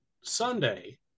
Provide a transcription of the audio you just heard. sunday